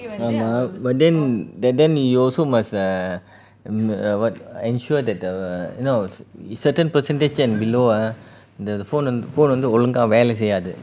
ஆமா:aama but then then then you also must err m~ err what ensure that the you know c~ certain percentage and below ah the phone phone வந்து ஒழுங்கா வேலை செய்யாது:vanthu ozhunga velai seiyaathu